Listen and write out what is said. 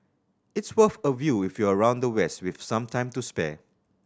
it's worth a view if you're around the west with some time to spare